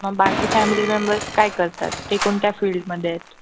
मग बाकी family members काय करतात ते कोणत्या फील्डमध्ये आहेत